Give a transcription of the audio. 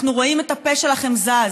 אנחנו רואים את הפה שלכם זז,